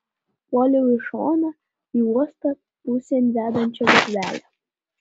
puoliau į šoną į uosto pusėn vedančią gatvelę